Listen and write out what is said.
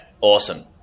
awesome